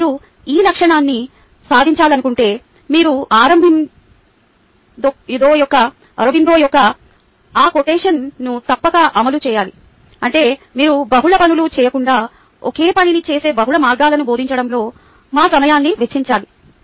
ఇప్పుడు మీరు ఈ లక్ష్యాన్ని సాధించాలనుకుంటే మీరు అరబిందో యొక్క ఈ కొటేషన్ను తప్పక అమలు చేయాలి అంటే మీరు బహుళ పనులు చేయకుండా ఒకే పనిని చేసే బహుళ మార్గాలను బోధించడంలో మా సమయాన్ని వెచ్చించాలి